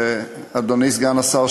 ואדוני סגן השר,